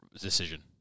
decision